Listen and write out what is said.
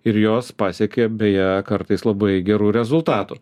ir jos pasiekia beje kartais labai gerų rezultatų